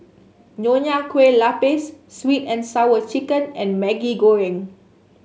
Nonya Kueh Lapis sweet and Sour Chicken and Maggi Goreng